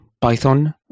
Python